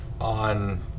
on